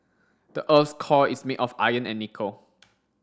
the earth's core is made of iron and nickel